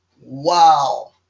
Wow